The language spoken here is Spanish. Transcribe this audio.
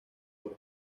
por